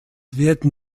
werden